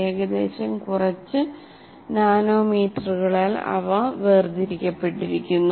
ഏകദേശം കുറച്ച് നാനോമീറ്ററുകളാൽ അവയെ വേർതിരിക്കപ്പെട്ടിരിക്കുന്നു